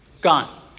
Gone